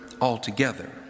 altogether